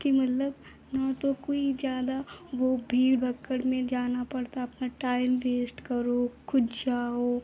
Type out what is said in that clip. कि मतलब न तो कोई ज़्यादा वह भीड़ भक्कड़ में जाना पड़ता है अपना टाइम वेस्ट करो खुद जाओ